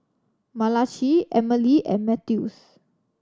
Malachi Emilie and Mathews